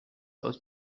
aus